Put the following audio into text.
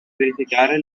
verificare